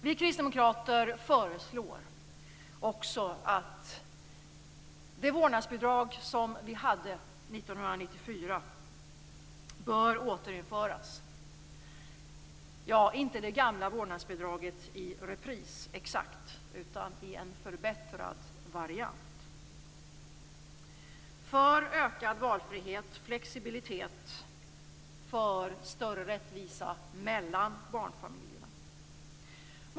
Vi kristdemokrater föreslår också att det vårdnadsbidrag som fanns 1994 återinförs. Jag menar då inte exakt det gamla vårdnadsbidraget i repris, utan i en förbättrad variant för ökad valfrihet och flexibilitet och större rättvisa mellan barnfamiljerna.